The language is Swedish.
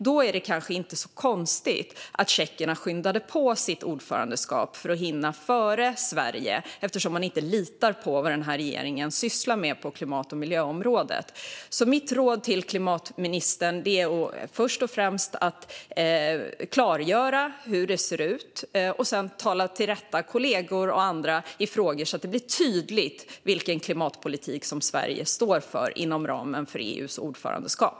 Det var alltså inte konstigt att tjeckerna skyndade på sitt ordförandeskap för att hinna före Sverige, eftersom man inte litar på vad den här regeringen sysslar med på klimat och miljöområdet. Mitt råd till klimatministern är först och främst att klargöra hur det ser ut och sedan tala kollegor och andra till rätta, så att det blir tydligt vilken klimatpolitik Sverige står för inom ramen för EU:s ordförandeskap.